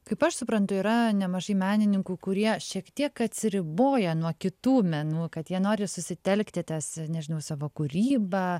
kaip aš suprantu yra nemažai menininkų kurie šiek tiek atsiriboja nuo kitų menų kad jie nori susitelkti ties nežinau savo kūryba